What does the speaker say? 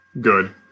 good